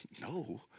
No